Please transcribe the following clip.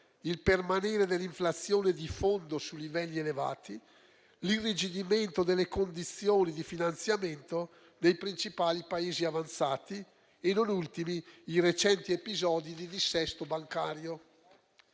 il permanere dell'inflazione di fondo su livelli elevati, l'irrigidimento delle condizioni di finanziamento dei principali Paesi avanzati e, non ultimi, i recenti episodi di dissesto bancario.